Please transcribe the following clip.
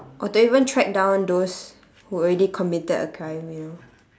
or to even track down those who already committed a crime you know